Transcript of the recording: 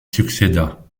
succéda